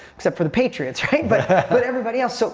except for the patriots, right? but but everybody else. so